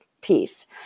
piece